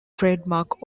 trademark